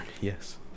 Yes